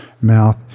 mouth